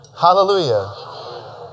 Hallelujah